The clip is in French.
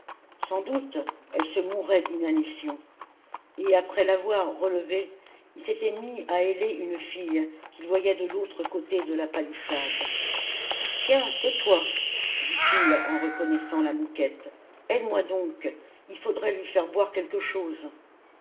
sans doute elle se mourait d'inanition et après l'avoir relevée il s'était mis à héler une fille qu'il voyait de l'autre côté de la palissade tiens c'est toi dit-il en reconnaissant la mouquette aide-moi donc il faudrait lui faire boire quelque chose